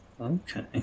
Okay